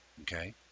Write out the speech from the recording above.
okay